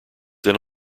then